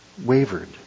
wavered